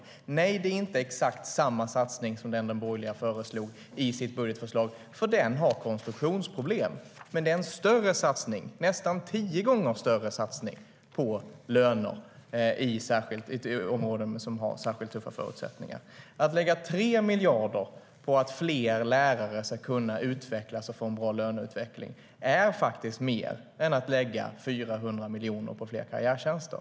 Att lägga 3 miljarder på att fler lärare ska kunna utvecklas och få en bra löneutveckling är faktiskt mer än att lägga 400 miljoner på fler karriärtjänster.